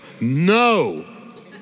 no